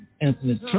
Anthony